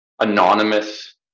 anonymous